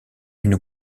une